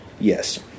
Yes